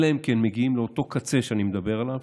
אלא אם כן מגיעים לאותו קצה שאני מדבר עליו,